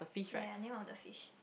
ya ya name of the fish